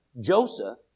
Joseph